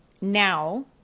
now